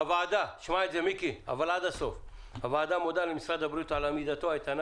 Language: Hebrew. הוועדה מודה למשרד הבריאות על עמידתו האיתנה